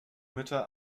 mütter